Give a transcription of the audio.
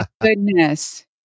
goodness